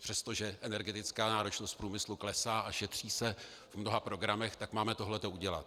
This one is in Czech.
Přestože energetická náročnost průmyslu klesá a šetří se v mnoha programech, tak máme toto udělat.